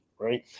Right